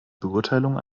beurteilung